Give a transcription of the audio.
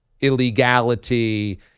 illegality